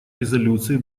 резолюции